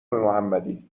محمدی